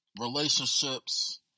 relationships